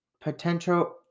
potential